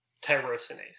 tyrosinase